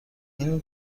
این